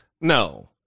No